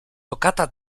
toccata